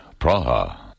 Praha